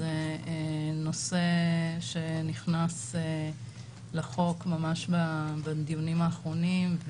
זה נושא שנכנס לחוק ממש בדיונים האחרונים,